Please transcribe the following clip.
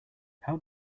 how